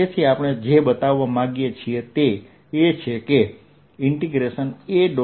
તેથી આપણે જે બતાવવા માંગીએ છીએ તે એ છે કે A